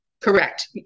Correct